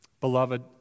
Beloved